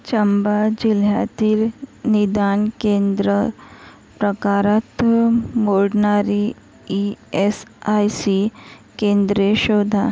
चंबा जिल्ह्यातील निदान केंद्र प्रकारात मोडणारी ई एस आय सी केंद्रे शोधा